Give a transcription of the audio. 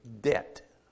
debt